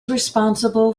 responsible